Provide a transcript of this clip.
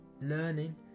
learning